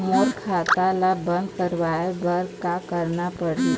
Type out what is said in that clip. मोर खाता ला बंद करवाए बर का करना पड़ही?